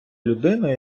людиною